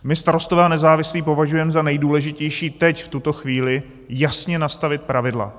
My Starostové a nezávislí považujeme za nejdůležitější teď v tuto chvíli jasně nastavit pravidla.